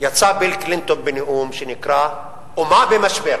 יצא ביל קלינטון בנאום שנקרא "אומה במשבר",